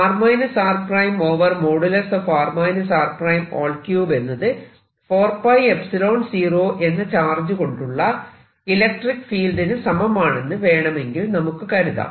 r r′|r r′ |3 എന്നത് 4 0 എന്ന ചാർജുകൊണ്ടുള്ള ഇലക്ട്രിക്ക് ഫീൽഡിന് സമമാണെന്ന് വേണമെങ്കിൽ നമുക്ക് കരുതാം